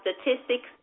statistics